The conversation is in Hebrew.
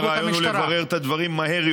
מכיוון שכפי שאמרתי,